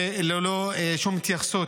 ללא שום התייחסות.